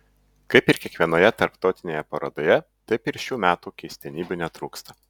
kaip ir kiekvienoje tarptautinėje parodoje taip ir šių metų keistenybių netrūksta